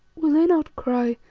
will they not cry,